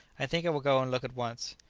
i think i will go and look at once.